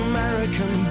American